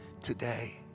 today